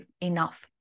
enough